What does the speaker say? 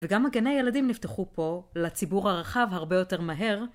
וגם הגני ילדים נפתחו פה לציבור הרחב הרבה יותר מהר.